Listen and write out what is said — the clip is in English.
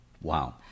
Wow